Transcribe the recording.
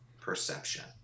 perception